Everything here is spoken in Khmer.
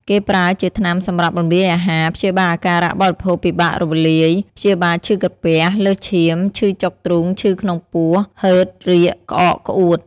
គេប្រើជាថ្នាំសម្រាប់រំលាយអាហារ ព្យាបាលអាការៈបរិភោគពិបាករលាយ ព្យាបាលឈឺក្រពះ លើសឈាម ឈឺចុកទ្រូង ឈឺក្នុងពោះ ហឺត រាគ ក្អក ក្អួត